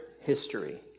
history